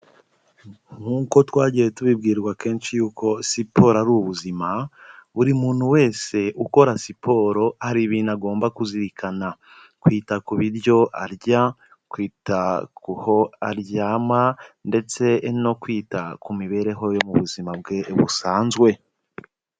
Nkuko twagiye tubibwirwa kenshi yuko siporo ari ubuzima, buri muntu wese ukora siporo hari ibintu agomba kuzirikana. Kwita ku biryo arya, kwita ku ho aryama ndetse no kwita ku mibereho yo mu buzima bwe busanzwe.